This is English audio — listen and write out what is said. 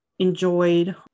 enjoyed